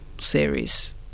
series